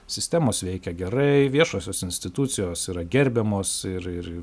sistemos veikia gerai viešosios institucijos yra gerbiamos ir ir